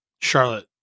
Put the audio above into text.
Charlotte